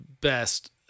best